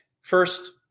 first